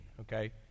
okay